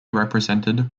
represented